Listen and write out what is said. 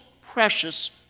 precious